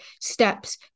steps